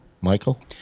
Michael